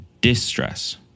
Distress